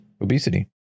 obesity